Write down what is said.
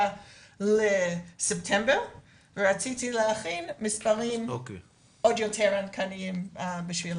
ל-24 לספטמבר ורציתי להביא מספרים עדכניים יותר.